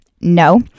No